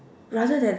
rather than